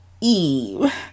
Eve